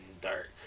dark